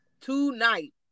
Tonight